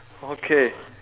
okay